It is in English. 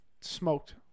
smoked